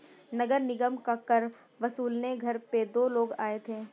नगर निगम का कर वसूलने घर पे दो लोग आए थे